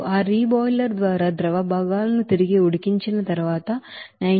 ఆ రీబాయిలర్ ద్వారా ద్రవ భాగాలను తిరిగి ఉడికించిన తరువాత 98